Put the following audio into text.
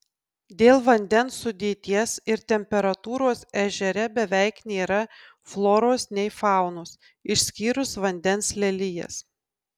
dėl vandens sudėties ir temperatūros ežere beveik nėra floros nei faunos išskyrus vandens lelijas